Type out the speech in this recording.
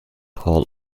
hall